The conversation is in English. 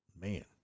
man